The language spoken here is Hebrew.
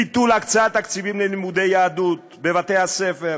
ביטול הקצאת תקציבים ללימודי יהדות בבתי-הספר,